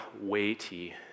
weighty